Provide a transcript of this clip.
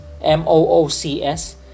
moocs